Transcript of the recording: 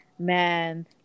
man